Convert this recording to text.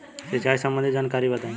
सिंचाई संबंधित जानकारी बताई?